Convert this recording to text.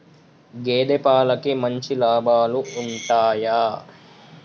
గేదే పాలకి మంచి లాభాలు ఉంటయా?